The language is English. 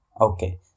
okay